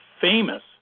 famous